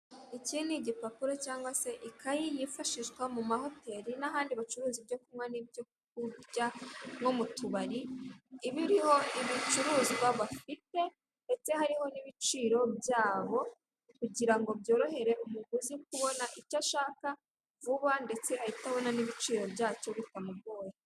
Iki ni igipapuro cyangwa se ikayi yifashishwa mu mahoteri ndetse n'ahandi bacurua ibyo kunywa n'ibyo kurya nko mu tubari, iba iriho ibicuruzwa bafite, ndetse hariho n'ibiciro byabo, kugira ngo byorohere umuguzi kubona icyo ashaka vuba ndetse ahite abona n'ibiciro byacyo bitamugoye.